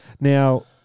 Now